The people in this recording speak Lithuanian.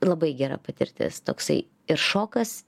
labai gera patirtis toksai ir šokas